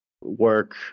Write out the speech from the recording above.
work